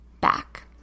back